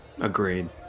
agreed